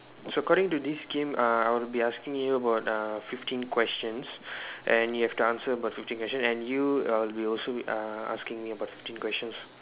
so according to this game uh I will be asking you about uh fifteen questions and you have to answer about fifteen questions and you uh will also be uh asking about fifteen questions